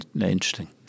interesting